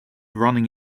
running